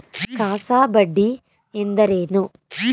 CASA ಬಡ್ಡಿ ಎಂದರೇನು?